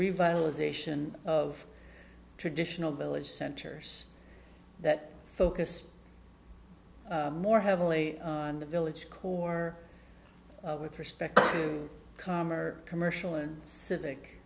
revitalization of traditional village centers that focus more heavily on the village core of with respect comer commercial and civic